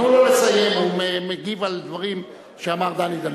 תנו לו לסיים, הוא מגיב על דברים שאמר דני דנון.